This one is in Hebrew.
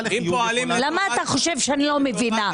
למה אתה חושב שאני לא מבינה?